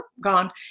gone